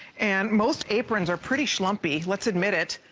and most aprons are pretty frumpy let's admit it,